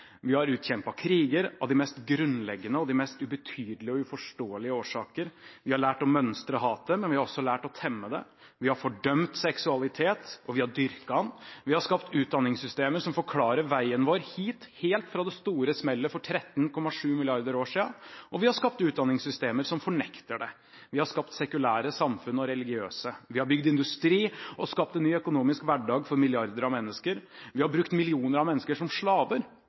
Vi har utkjempet kriger av de mest grunnleggende og de mest ubetydelige og uforståelige årsaker, vi har lært å mønstre hatet, men vi har også lært å temme det. Vi har fordømt seksualitet, og vi har dyrket den. Vi har skapt utdanningssystemer som forklarer veien vår hit, helt fra det store smellet for 13,7 milliarder år siden, og vi har skapt utdanningssystemer som fornekter det. Vi har skapt sekulære samfunn og religiøse. Vi har bygd industri og skapt en ny økonomisk hverdag for milliarder av mennesker. Vi har brukt millioner av mennesker som slaver